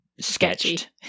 sketched